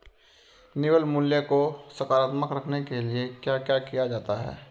निवल मूल्य को सकारात्मक रखने के लिए क्या क्या किया जाता है?